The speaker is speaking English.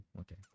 Okay